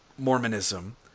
Mormonism